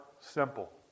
simple